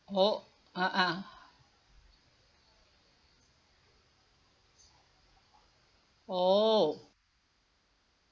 oh a'ah oh